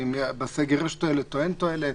ואם בסגר יש תועלת או אין תועלת.